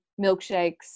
milkshakes